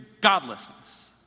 godlessness